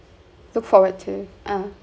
look forward to ah